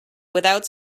without